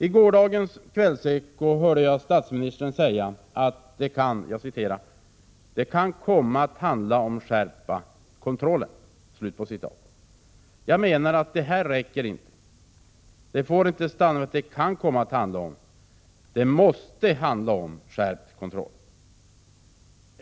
I gårdagens kvällseko hörde jag statsministern säga: ”Det kan komma att handla om att skärpa kontrollen.” Det räcker inte. Det får inte stanna vid att det kan komma att handla om det, utan det måste handla om skärpt kontroll.